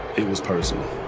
it was personal,